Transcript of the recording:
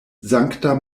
sankta